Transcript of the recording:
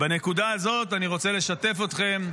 בנקודה הזאת אני רוצה לשתף אתכם,